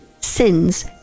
sins